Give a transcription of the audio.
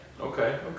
okay